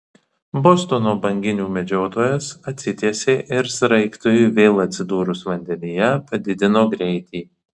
bostono banginių medžiotojas atsitiesė ir sraigtui vėl atsidūrus vandenyje padidino greitį